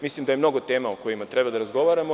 Mislim da je mnogo tema o kojima treba da razgovaramo.